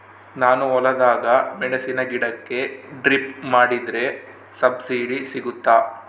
ನಾನು ಹೊಲದಾಗ ಮೆಣಸಿನ ಗಿಡಕ್ಕೆ ಡ್ರಿಪ್ ಮಾಡಿದ್ರೆ ಸಬ್ಸಿಡಿ ಸಿಗುತ್ತಾ?